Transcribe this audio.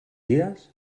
dies